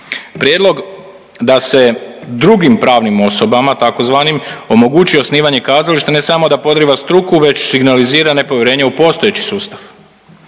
Prijedlog da se drugim pravim osobama tako zvanim omogući osnivanje kazališta ne samo da podriva struku već signalizira nepovjerenje u postojeći sustav.